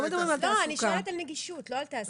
לא, אני שואלת על נגישות, לא על תעסוקה.